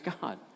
God